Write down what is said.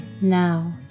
Now